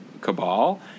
Cabal